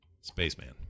Spaceman